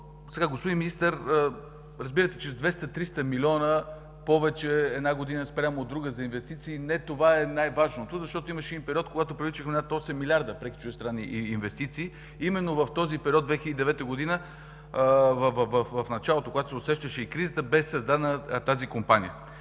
Господин Министър, разбирате, че с 200 – 300 милиона повече, една година спрямо друга, за инвестиции – не това е най-важното, защото имаше един период, когато привличахме над 8 милиарда преки чуждестранни инвестиции. Именно в този период – 2009 г., в началото, когато се усещаше и кризата, беше създадена тази Компания.